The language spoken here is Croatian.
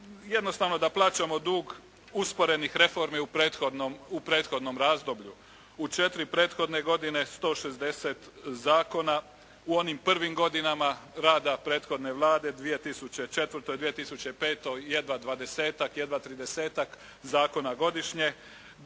jednostavno, da plaćamo dug usporenih reformi u prethodnom razdoblju. U četiri prethodne godine 160 zakona. U onim prvim godinama rada prethodne Vlade 2004./2005. jedva dvadesetak, jedva tridesetak zakona godišnje.